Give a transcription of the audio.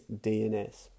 DNS